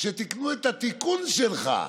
שתיקנו את התיקון שלך.